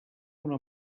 una